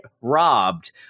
robbed